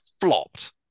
flopped